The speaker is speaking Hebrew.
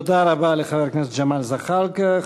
תודה רבה לחבר הכנסת ג'מאל זחאלקה.